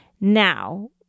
now